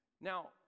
now